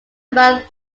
about